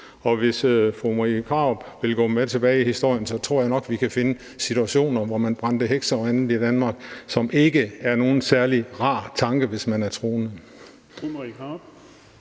Og hvis fru Marie Krarup ville gå med tilbage i historien, tror jeg nok, at vi kan finde situationer, hvor man brændte hekse og gjorde andet i Danmark, hvilket ikke er nogen særlig rar tanke, hvis man er troende.